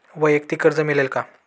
वैयक्तिक कर्ज मिळेल का?